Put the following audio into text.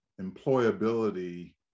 employability